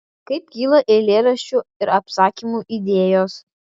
kaip kyla eilėraščių ir apsakymų idėjos